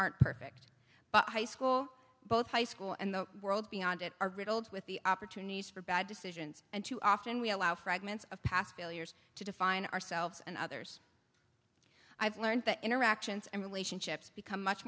aren't perfect but high school both high school and the world beyond it are riddled with the opportunities for bad decisions and too often we allow fragments of past failures to define ourselves and others i've learned that interactions and relationships become much